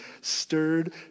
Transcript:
stirred